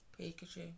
Pikachu